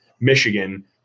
Michigan